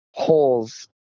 holes